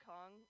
Kong